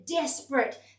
desperate